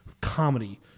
comedy